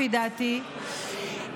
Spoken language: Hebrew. לפי דעתי,